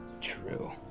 true